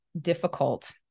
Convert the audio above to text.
difficult